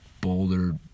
boulder